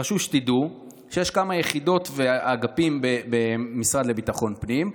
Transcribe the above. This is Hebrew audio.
חשוב שתדעו שיש כמה יחידות ואגפים במשרד לביטחון הפנים.